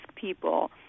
people